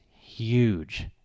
huge